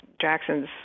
Jackson's